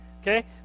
Okay